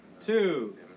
two